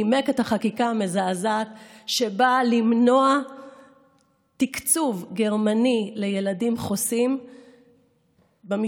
נימק את החקיקה המזעזעת שבאה למנוע תקצוב גרמני לילדים חוסים במשפט: